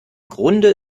grunde